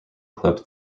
club